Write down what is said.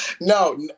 No